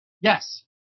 Yes